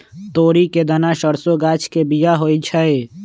तोरी के दना सरसों गाछ के बिया होइ छइ